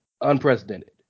unprecedented